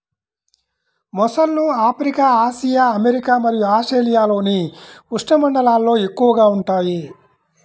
మొసళ్ళు Africa, Asia, America మరియు ఆస్ట్రేలియాలోని ఉష్ణమండలాల్లో ఎక్కువగా ఉంటాయి